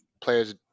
players